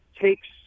takes